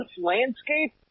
landscape